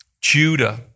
Judah